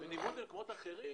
בניגוד למקומות אחרים,